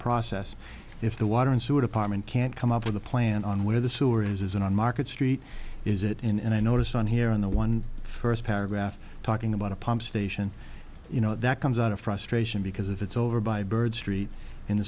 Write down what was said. process if the water and sewer department can't come up with a plan on where the sewer is isn't on market street is it and i noticed on here on the one first paragraph talking about a pump station you know that comes out of frustration because if it's over by bird street in the